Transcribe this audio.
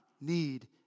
need